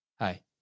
Hi